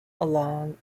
along